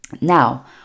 now